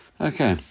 Okay